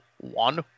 one